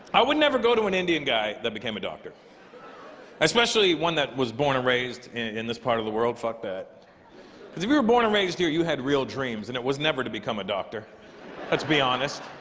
i would never go to an indian guy that became a doctor especially one that was born and raised in this part of the world fuck that cause if we were born and raised here you had real dreams, and it was never to become a doctor let's be honest.